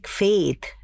faith